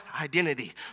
identity